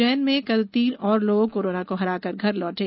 उज्जैन में कल तीन और लोग कोरोना को हराकर घर लौटे